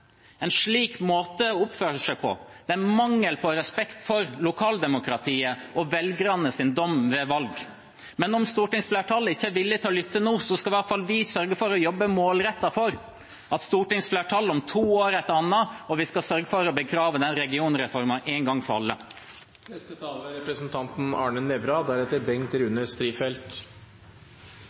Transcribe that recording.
En slik måte å oppføre seg på viser en mangel på respekt for lokaldemokratiet og velgernes dom ved valg. Men om stortingsflertallet ikke er villig til å lytte nå, skal i hvert fall vi sørge for å jobbe målrettet for at stortingsflertallet er et annet om to år – og vi skal sørge for å begrave regionreformen en gang for alle. Jeg skal ta over litt der representanten